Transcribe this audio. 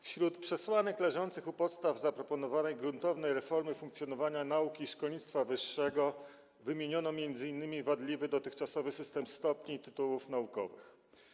Wśród przesłanek leżących u podstaw zaproponowanej gruntownej reformy funkcjonowania nauki i szkolnictwa wyższego wymieniono m.in. wadliwy dotychczasowy system stopni i tytułów naukowych.